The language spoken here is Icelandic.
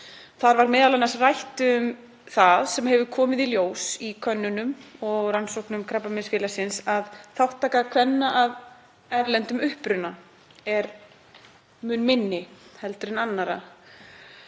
þar var m.a. rætt um það sem hefur komið í ljós í könnunum og rannsóknum Krabbameinsfélagsins, að þátttaka kvenna af erlendum uppruna er mun minni heldur en annarra.